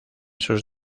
sus